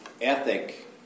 ethic